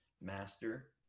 master